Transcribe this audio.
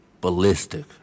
Ballistic